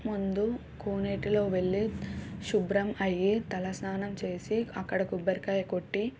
ముందు కోనేటిలో వెళ్ళే శుభ్రం అయ్యి తలస్నానం చేసి అక్కడ కొబ్బరికాయ కొట్టి